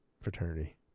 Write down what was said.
fraternity